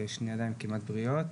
ושתי ידיים כמעט בריאות.